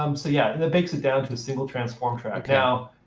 um so yeah, and it bakes it down to a single transform track. now,